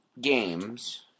games